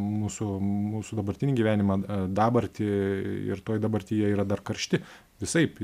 mūsų mūsų dabartinį gyvenimą dabartį ir toj dabartyje yra dar karšti visaip